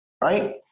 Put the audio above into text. right